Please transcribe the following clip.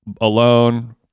alone